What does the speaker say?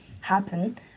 happen